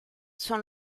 son